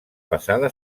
passada